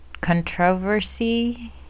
controversy